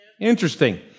Interesting